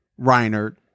Reinert